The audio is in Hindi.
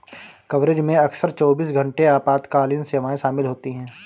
कवरेज में अक्सर चौबीस घंटे आपातकालीन सेवाएं शामिल होती हैं